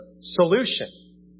solution